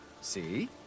See